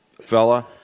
fella